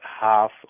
half